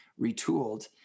Retooled